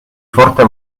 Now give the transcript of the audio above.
forte